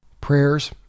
Prayers